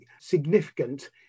significant